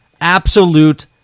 absolute